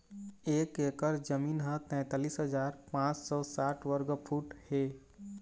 एक एकर जमीन ह तैंतालिस हजार पांच सौ साठ वर्ग फुट हे